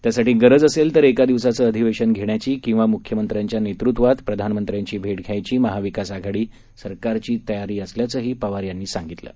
त्यासाठी गरज असेल तर एका दिवसाचं अधिवेशन घेण्याची किंवा मुख्यमंत्र्यांच्या नेतृत्वात प्रधानमंत्र्यांची भेट घ्यायची महाविकास आघाडीची तयारी असल्याचंही पवार यांनी म्हटलं आहे